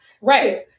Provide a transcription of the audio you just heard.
right